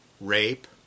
rape